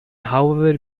however